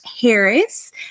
harris